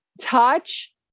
touch